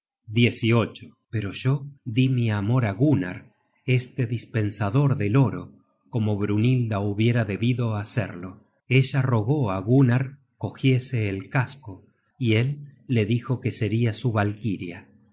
sigurd pero yo dí mi amor á gunnar este dispensador del oro como brynhilda hubiera debido hacerlo ella rogó á gunnar cogiese el casco y él la dijo que seria su valkiria